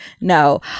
no